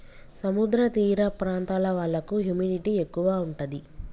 సముద్ర తీర ప్రాంతాల వాళ్లకు హ్యూమిడిటీ ఎక్కువ ఉంటది